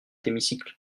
hémicycle